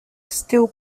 still